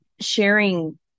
sharing